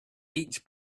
eat